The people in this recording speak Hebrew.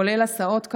כולל הסעות,